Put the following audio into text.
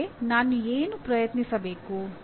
ಮುಂದೆ ನಾನು ಏನು ಪ್ರಯತ್ನಿಸಬೇಕು